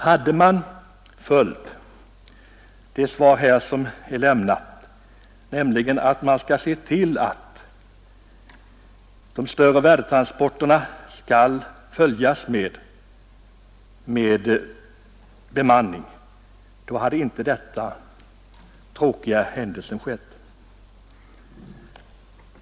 Hade man vidtagit en sådan åtgärd som nämns i svaret, nämligen att man skall se till att de större värdetransporterna skall följas med bemanning, så hade inte denna tråkiga händelse inträffat.